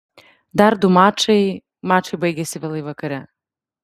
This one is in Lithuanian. dar du mačai mačai baigėsi vėlai vakare